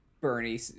Bernie